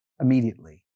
immediately